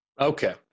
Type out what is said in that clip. Okay